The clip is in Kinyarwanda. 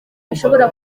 bishobora